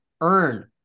earn